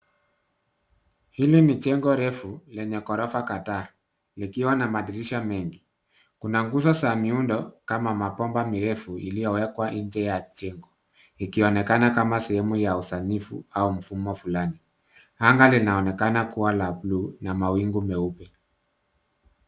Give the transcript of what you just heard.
Hili ni jengo refu lenye ghorofa kadhaa likiwa na madirisha mengi. Kuna nguzo za miundo kama mabomba mirefu iliyoekwa nje ya jengo ikionekana kama sehemu ya usanifu au mfumo fulani .Angaa linaonekana kuwa la buluu na mawingu meupe.